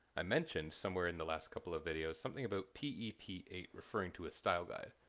i mentioned somewhere in the last couple of videos something about p e p eight referring to a style guide.